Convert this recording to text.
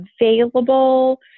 available